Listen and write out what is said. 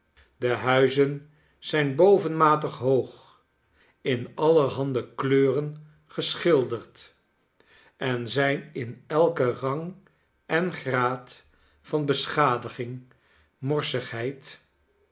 de huizen zijn bovenmatig hoog in allerhande kleuren geschilderd en zijn in elken rang en graad van beschadiging